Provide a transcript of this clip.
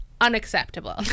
unacceptable